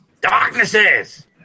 Darknesses